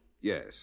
Yes